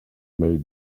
made